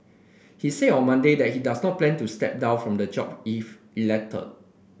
he said on Monday that he does not plan to step down from his job if elected